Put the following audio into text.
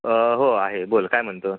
हो आहे बोल काय म्हणतो